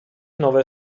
nowe